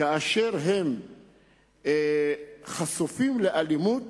כאשר הם חשופים לאלימות,